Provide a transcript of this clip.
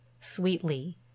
sweetly